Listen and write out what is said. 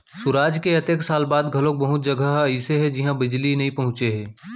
सुराज के अतेक साल बाद घलोक बहुत जघा ह अइसे हे जिहां बिजली नइ पहुंचे हे